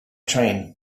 train